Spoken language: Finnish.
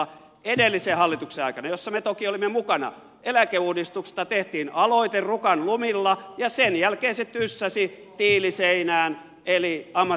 edellisen hallituksen aikana jossa me toki olimme mukana eläkeuudistuksesta tehtiin aloite rukan lumilla ja sen jälkeen se tyssäsi tiiliseinään eli ammattiyhdistysliikkeeseen